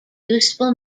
useful